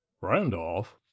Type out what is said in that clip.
Randolph